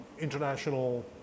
international